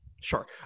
Sure